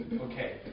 Okay